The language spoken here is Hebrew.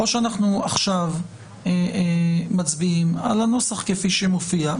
או שעכשיו אנחנו מצביעים על הנוסח כפי שמופיע,